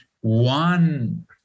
One